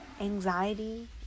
anxiety